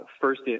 First